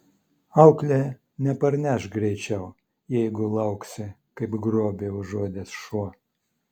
auklė neparneš greičiau jeigu lauksi kaip grobį užuodęs šuo